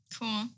Cool